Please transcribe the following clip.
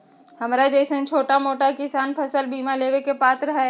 हमरा जैईसन छोटा मोटा किसान फसल बीमा लेबे के पात्र हई?